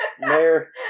Mayor